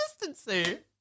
consistency